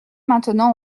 maintenant